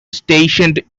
stationed